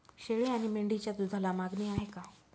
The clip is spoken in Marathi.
शेळी आणि मेंढीच्या दूधाला मागणी आहे का?